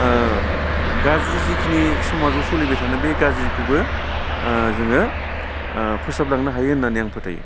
गाज्रि जिखिनि समाजाव सोलिबाय थानाय बे गाज्रिखौबो जोङो फोसाबलांनो हायो होननानै आं फोथायो